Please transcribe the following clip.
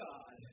God